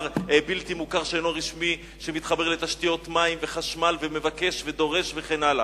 בלתי מוכר לא רשמי שמתחבר לתשתיות מים וחשמל ומבקש ודורש וכן הלאה.